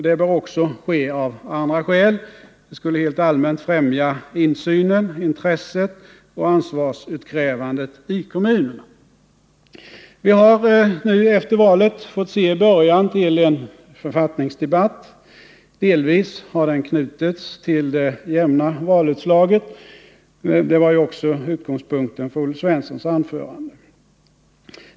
Det bör ske också av andra skäl. Det skulle helt allmänt främja insynen, intresset och ansvarsutkrävandet i kommunerna. Vi har nu efter valet fått se början till en författningsdebatt. Delvis har den knutits till det jämna valutslaget. Detta var ju också utgångspunkten för Olle Svenssons anförande.